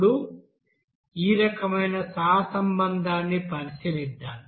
ఇప్పుడు ఈ రకమైన సహసంబంధాన్ని పరిశీలిద్దాం